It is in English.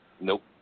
Nope